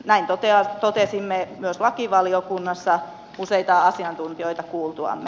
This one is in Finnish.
näin totesimme myös lakivaliokunnassa useita asiantuntijoita kuultuamme